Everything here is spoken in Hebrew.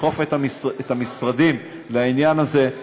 לדחוף את המשרדים לעניין הזה.